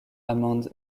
amand